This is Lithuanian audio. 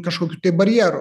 kažkokių tai barjerų